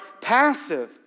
passive